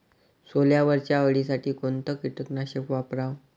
सोल्यावरच्या अळीसाठी कोनतं कीटकनाशक वापराव?